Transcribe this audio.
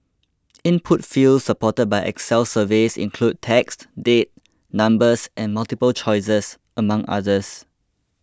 input fields supported by Excel surveys include text date numbers and multiple choices among others